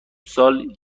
سال